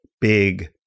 big